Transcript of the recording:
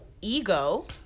ego